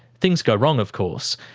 things go wrong of course,